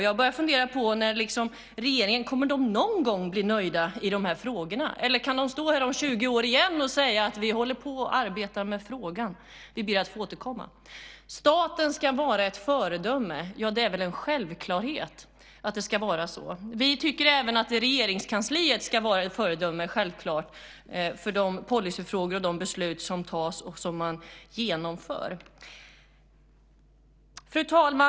Jag börjar fundera om regeringen någon gång kommer att bli nöjd i de här frågorna. Eller kan de stå här om 20 år igen och säga att "vi håller på att arbeta med frågan och ber att få återkomma"? Staten ska vara ett föredöme. Ja, det är väl en självklarhet att det ska vara så. Vi tycker att även Regeringskansliet ska vara ett föredöme, självklart, för de policyfrågor och de beslut som tas och som man genomför. Fru talman!